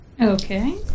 Okay